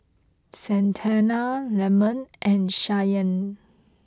Santana Lemon and Shyann